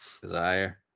Desire